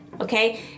okay